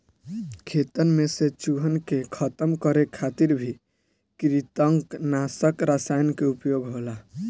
खेतन में से चूहन के खतम करे खातिर भी कृतंकनाशक रसायन के उपयोग होला